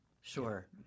sure